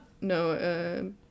No